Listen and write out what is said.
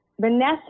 Vanessa